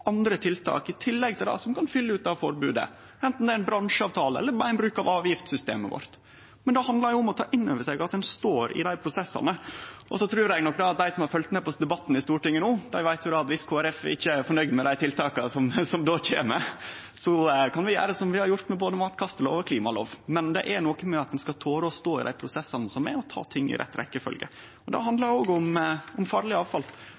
andre tiltak i tillegg til det, som kan fylle ut det forbodet, anten det er ein bransjeavtale eller ein brukar avgiftssystemet vårt. Men det handlar om å ta inn over seg at ein står i dei prosessane. Og så trur eg nok at dei som har følgt med på debatten i Stortinget no, veit at dersom Kristeleg Folkeparti ikkje er fornøgd med dei tiltaka som då kjem, kan vi gjere som vi har gjort med både matkastelov og klimalov. Men det er noko med at ein skal tore å stå i dei prosessane som er, og ta ting i rett rekkjefølgje. Det handlar òg om farleg avfall,